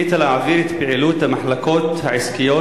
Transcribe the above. החליטה להעביר את פעילות המחלקות העסקיות